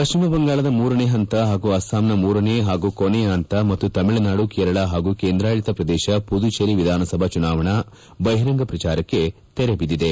ಪಶ್ಚಿಮ ಬಂಗಾಳದ ಮೂರನೇ ಪಂತ ಪಾಗೂ ಅಸ್ಲಾಂನ ಮೂರನೇ ಪಾಗೂ ಕೊನೆಯ ಪಂತ ಮತ್ತು ತಮಿಳುನಾಡು ಕೇರಳ ಪಾಗೂ ಕೇಂದ್ರಾಡಳಿತ ಪ್ರದೇಶ ಮದುಚೇರಿ ವಿಧಾನಸಭಾ ಚುನಾವಣಾ ಬಹಿರಂಗ ಪ್ರಚಾರಕ್ಕೆ ತೆರೆ ಬಿದ್ದಿದೆ